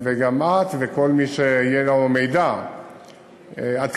וגם כל מי שיהיה לו מידע עדכני,